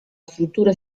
struttura